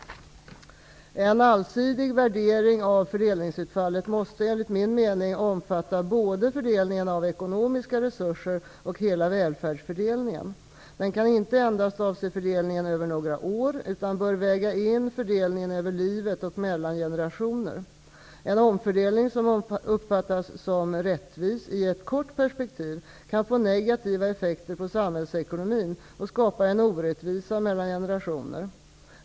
En allsidig värdering av fördelningsutfallet måste enligt min mening omfatta både fördelningen av ekonomiska resurser och hela välfärdsfördelningen. Den kan inte endast avse fördelningen över några år, utan bör väga in fördelningen över livet och mellan generationer. En omfördelning som uppfattas som rättvis i ett kort perspektiv kan få negativa effekter på samhällsekonomin och skapa en orättvisa mellan generationer.